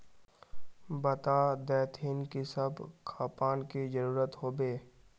बता देतहिन की सब खापान की जरूरत होते?